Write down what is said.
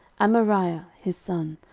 amariah his son,